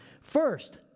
First